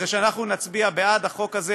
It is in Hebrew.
אחרי שאנחנו נצביע בעד החוק הזה,